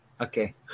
Okay